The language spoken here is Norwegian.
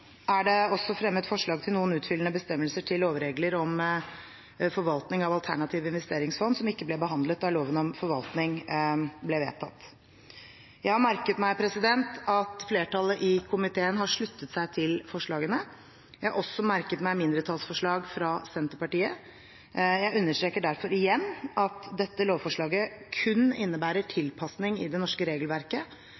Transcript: er det også fremmet forslag til noen utfyllende bestemmelser til lovregler om forvaltning av alternative investeringsfond, som ikke ble behandlet da loven om forvaltning ble vedtatt. Jeg har merket meg at flertallet i komiteen har sluttet seg til forslagene. Jeg har også merket meg mindretallsforslag fra Senterpartiet. Jeg understreker derfor igjen at dette lovforslaget kun innebærer